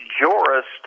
jurist